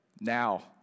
now